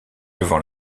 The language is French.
levant